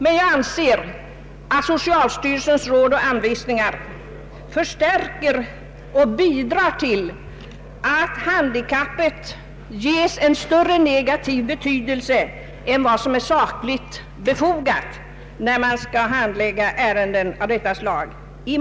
Men jag anser att socialstyrelsens ”Råd och anvisningar” i många fall förstärker och bidrar till att handikappet får en större negativ betydelse än vad som är sakligt befogat när man skall handlägga ärenden av detta slag.